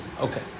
Okay